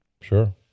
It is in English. Sure